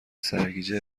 سرگیجه